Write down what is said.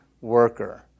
worker